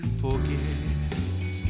forget